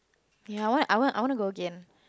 ya I want I want to go again